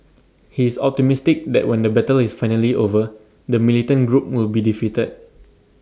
he is optimistic that when the battle is finally over the militant group will be defeated